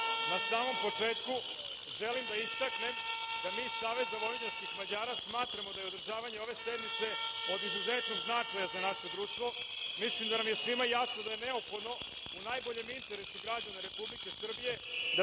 na samom početku želim da istaknem da mi iz SVM smatramo da je održavanje ove sednice od izuzetnog značaja za naše društvo. Mislim da nam je svima jasno da je neophodno, u najboljem interesu građana Republike Srbije da